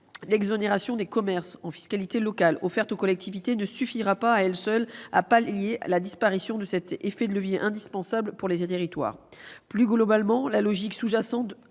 d'exonération des commerces en fiscalité locale offerte aux collectivités ne suffira pas, à elle seule, à pallier la disparition de cet effet de levier indispensable pour les territoires. Plus globalement, la logique sous-jacente